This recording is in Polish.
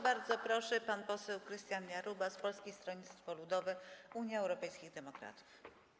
Bardzo proszę, pan poseł Krystian Jarubas, Polskie Stronnictwo Ludowe - Unia Europejskich Demokratów.